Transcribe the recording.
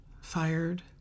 fired